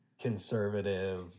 Conservative